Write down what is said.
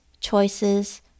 choices